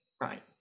right